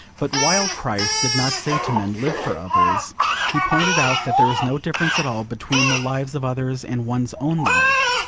but while christ did not say to men, live for others he pointed out that there was no difference at all between the lives of others and one's own life.